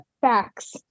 Facts